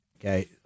Okay